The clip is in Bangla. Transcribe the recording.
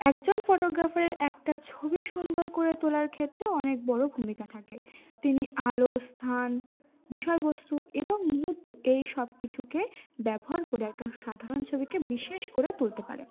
একজন ফটোগ্রাফারের একটা ছবি সুন্দর করে তোলার ক্ষেত্রে অনেক বড়ো ভূমিকা থাকে তিনি আলো স্থান বিষয়বস্তু এবং মুহূর্ত এই সব কিছুকে ব্যবহার করে একটা সাধারণ ছবিকে বিশেষ করে তুলতে পারেন